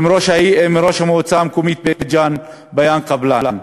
עם ראש המועצה המקומית בית-ג'ן ביאן קבלאן.